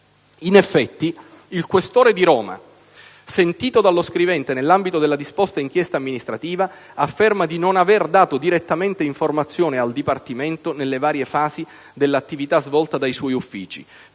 In effetti il questore di Roma, sentito dallo scrivente nell'ambito della disposta inchiesta amministrativa, afferma di non avere dato direttamente informazione al Dipartimento nelle varie fasi dell'attività svolta dai suoi uffici,